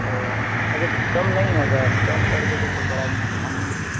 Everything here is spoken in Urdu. اوہ اگر تو کم نہیں ہو گا کم کر دیتے تو بڑا مہربانی ہوتی